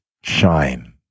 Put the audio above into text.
shine